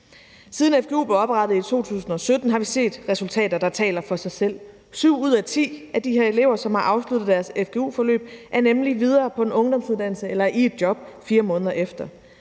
Siden fgu blev oprettet i 2017, har vi set resultater, der taler for sig selv. Syv ud af ti af de her elever, som har afsluttet deres fgu-forløb, er nemlig videre på en ungdomsuddannelse eller i et job 4 måneder efter.